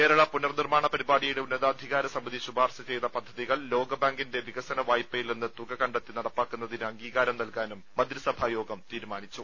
കേരള പുനർനിർമ്മാണ പരിപാടിയുടെ ഉന്നതാധികാര സമിതി ശുപാർശ ചെയ്ത പദ്ധതികൾ ലോകബാങ്കിന്റെ വികസന വായ്പയിൽ നിന്ന് തുക കണ്ടെത്തി നടപ്പാക്കുന്നതിന് അംഗീകാരം നൽകാനും മന്ത്രിസഭ തീരുമാനിച്ചു